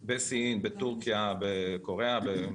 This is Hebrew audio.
בסין, בטורקיה, בקוריאה.